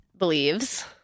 believes